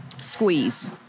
Squeeze